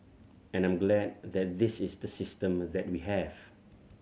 and I'm glad that this is the system that we have